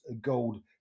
gold